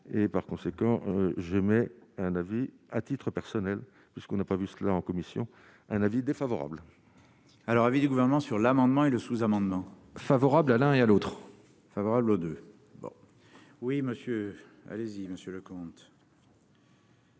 et par conséquent j'émets un avis à titre personnel parce qu'on n'a pas vu cela en commission un avis défavorable. Alors, avis du Gouvernement sur l'amendement et le sous-amendement favorable à l'un et à l'autre. Favorable aux 2 bon oui monsieur, allez-y, Monsieur le comte.